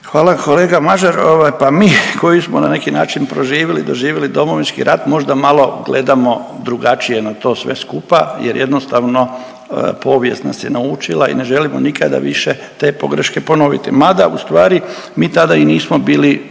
Hvala kolega Mažar. Pa mi koji smo na neki način proživili i doživili Domovinski rat možda malo gledamo drugačije na to sve skupa jer jednostavno povijest nas je naučila i ne želimo nikada više te pogreške ponoviti. Mada ustvari mi tada i nismo bili,